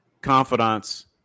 Confidants